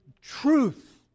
truth